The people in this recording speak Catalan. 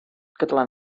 catalana